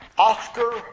Oscar